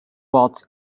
was